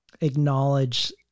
acknowledge